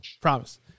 Promise